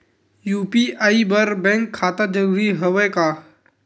UPI बर bank खाता जरूरी हवय का?